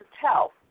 tell